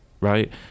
right